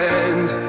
end